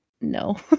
no